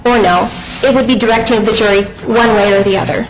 or no it would be directing the jury one way or the other